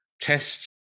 tests